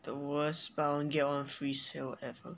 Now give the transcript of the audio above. the worst buy one get one free sale ever